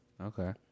Okay